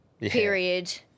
Period